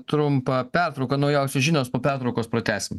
trumpą pertrauką naujausios žinios po pertraukos pratęsim